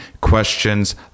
questions